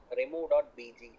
remove.bg